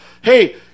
hey